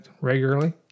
regularly